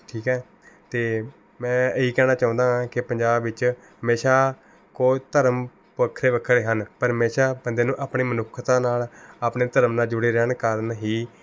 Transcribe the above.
ਠੀਕ ਹੈ ਅਤੇ ਮੈਂ ਇਹੀ ਕਹਿਣਾ ਚਾਹੁੰਦਾ ਹਾਂ ਕਿ ਪੰਜਾਬ ਵਿੱਚ ਹਮੇਸ਼ਾ ਕੋਈ ਧਰਮ ਵੱਖਰੇ ਵੱਖਰੇ ਹਨ ਪਰ ਹਮੇਸ਼ਾ ਬੰਦੇ ਨੂੰ ਆਪਣੇ ਮਨੁੱਖਤਾ ਨਾਲ ਆਪਣੇ ਧਰਮ ਨਾਲ ਜੁੜੇ ਰਹਿਣ ਕਾਰਨ ਹੀ